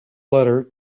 letter